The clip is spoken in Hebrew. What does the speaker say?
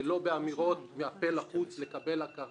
בהם הכרה ולא באמירות מהפה ולחוץ על מנת לקבל הכרה.